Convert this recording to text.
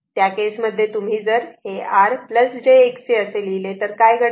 त्या केसमध्ये तुम्ही जर हे R j Xc असे लिहिले तर काय घडेल